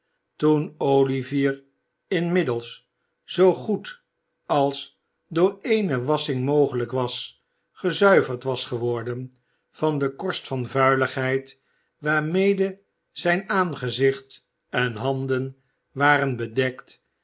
toen olivier inmiddels zoo goed als door ééne wassching mogelijk was gezuiverd was geworden van de korst van vuiligheid waarmede zijn aangezicht en handen waren bedekt